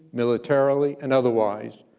militarily, and otherwise,